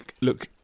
look